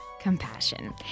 compassion